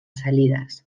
salidas